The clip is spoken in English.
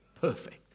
perfect